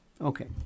Okay